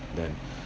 then